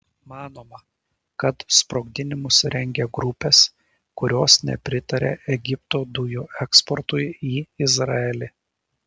manoma kad sprogdinimus rengia grupės kurios nepritaria egipto dujų eksportui į izraelį